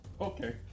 Okay